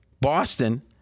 Boston